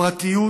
הפרטיות